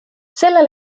sellel